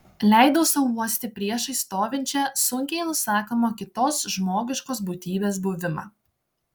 leidau sau uosti priešais stovinčią sunkiai nusakomą kitos žmogiškos būtybės buvimą